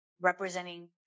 representing